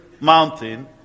mountain